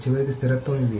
చివరికి స్థిరత్వం ఇవి